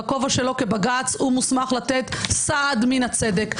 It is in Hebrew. בכובע שלו כבג"ץ הוא מוסמך לתת סעד מן הצדק.